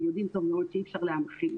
יודעים טוב מאוד שאי אפשר להעלים,